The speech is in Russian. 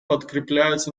подкреплять